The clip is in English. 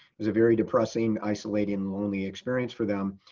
it was a very depressing, isolated, and lonely experience for them.